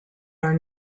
are